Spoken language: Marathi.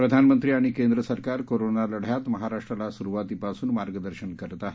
प्रधानमंत्री आणि केंद्र सरकार कोरोना लढ्यात महाराष्ट्राला सुरुवातीपासून मार्गदर्शन करत आहेत